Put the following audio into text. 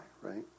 right